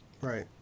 Right